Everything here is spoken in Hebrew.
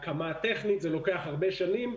דבר שלוקח הרבה שנים,